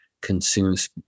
consumes